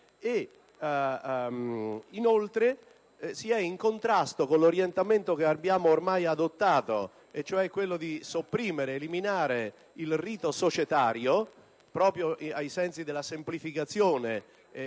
inoltre, si è in contrasto con l'orientamento che abbiamo ormai adottato, cioè quello di eliminare il rito societario proprio per favorire la semplificazione